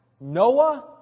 Noah